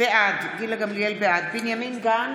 בעד בנימין גנץ,